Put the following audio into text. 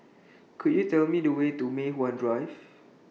Could YOU Tell Me The Way to Mei Hwan Drive